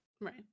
Right